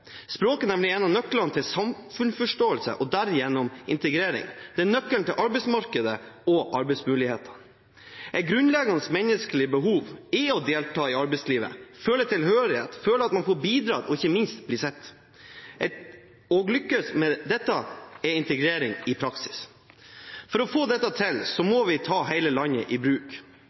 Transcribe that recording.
nemlig en av nøklene til samfunnsforståelse og derigjennom integrering. Det er nøkkelen til arbeidsmarkedet og arbeidsmulighetene. Et grunnleggende menneskelig behov er å delta i arbeidslivet, føle tilhørighet, føle at man får bidra og ikke minst bli sett. Å lykkes med dette er integrering i praksis. For å få dette til må vi ta hele landet i bruk.